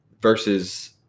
versus